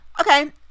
Okay